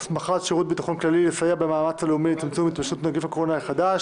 "התערבות מיידית למציאת פתרונות לתופעת רצח הנשים בחברה הישראלית"